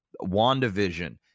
WandaVision